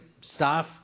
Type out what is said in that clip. staff